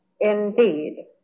indeed